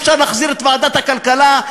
אפשר להחזיר את ועדת הכלכלה,